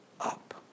up